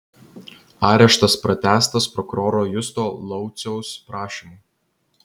areštas pratęstas prokuroro justo lauciaus prašymu